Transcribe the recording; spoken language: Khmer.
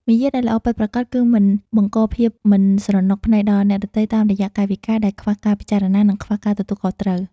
មារយាទដែលល្អពិតប្រាកដគឺការមិនបង្កភាពមិនស្រណុកភ្នែកដល់អ្នកដទៃតាមរយៈកាយវិការដែលខ្វះការពិចារណានិងខ្វះការទទួលខុសត្រូវ។